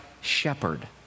shepherd